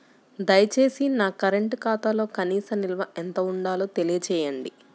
దయచేసి నా కరెంటు ఖాతాలో కనీస నిల్వ ఎంత ఉండాలో తెలియజేయండి